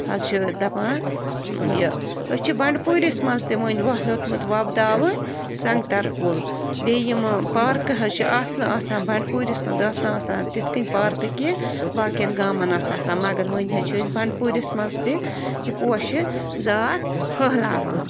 حظ چھِ دَپان یہِ أسۍ چھِ بنڈٕپوٗرِس منٛز تہِ وۄنۍ وۄنۍ ہیوٚتمُت وۄبداوٕنۍ سنٛگتر کُل بیٚیہِ یِمہٕ پارکہٕ حظ چھِ آسنہٕ آسان بنڈپوٗرِس منٛز ٲس نہٕ آسان تِتھ کٔنۍ پارکہٕ کیٚنٛہہ باقین گامن آس آسان مگر وٕنہِ حظ چھِ أسۍ بنڈپوٗرِس منٛز تہِ یہِ پوشہِ زاتھ پھٔہلاوان